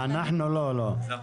לא, לא.